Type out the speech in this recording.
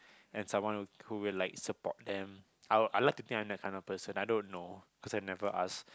and someone who will like support them I'd I would like think that I'm that kind of person I don't know cause I never ask